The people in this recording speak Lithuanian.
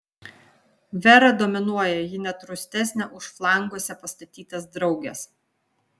vera dominuoja ji net rūstesnė už flanguose pastatytas drauges